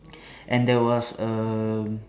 and there was um